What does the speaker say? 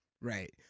Right